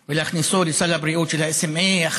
של ה-SMA ולהכניסו לסל הבריאות היא החלטה